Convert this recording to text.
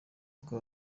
kuko